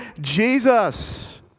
Jesus